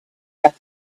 left